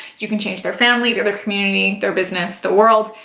you can change their family, the other community, their business, the world.